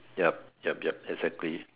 yup yup yup exactly